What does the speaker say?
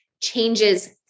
changes